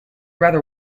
rather